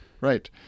right